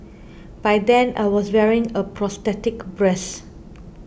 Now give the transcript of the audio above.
by then I was wearing a prosthetic breast